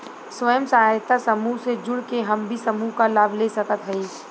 स्वयं सहायता समूह से जुड़ के हम भी समूह क लाभ ले सकत हई?